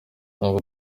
ntabwo